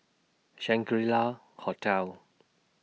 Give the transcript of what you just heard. Shangri La Hotel